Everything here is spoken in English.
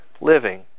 living